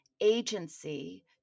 agency